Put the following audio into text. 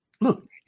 Look